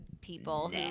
people